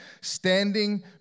standing